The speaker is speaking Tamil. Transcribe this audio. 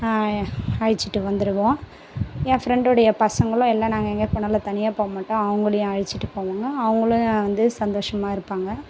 அழைச்சிகிட்டு வந்துருவோம் என் ஃப்ரெண்டுடைய பசங்களும் எல்லாம் நாங்கள் எங்கேயா போனாலும் தனியாக போ மாட்டோம் அவங்களையும் அழைச்சிகிட்டு போவாங்க அவங்களும் வந்து சந்தோஷமாக இருப்பாங்க